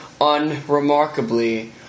unremarkably